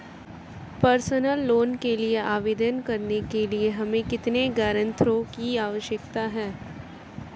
Personal loan के लिए आवेदन करने के लिए हमें कितने गारंटरों की आवश्यकता है?